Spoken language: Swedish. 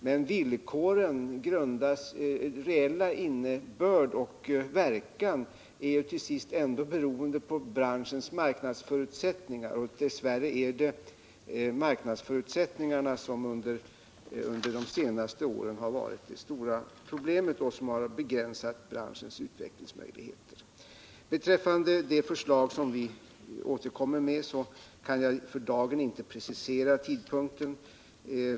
Men villkorens reella innebörd och verkan är ju till sist ändå beroende på branschens marknadsförutsättningar, och dess värre är det dessa som under de senaste åren har varit det stora pröblemet och som har begränsat branschens utvecklingsmöjligheter. Beträffande det förslag som vi skall återkomma med kan jag för dagen inte precisera tidpunkten.